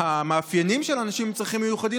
המאפיינים של אנשים עם צרכים מיוחדים